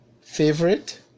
favorite